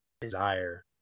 desire